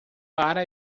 para